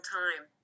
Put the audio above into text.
time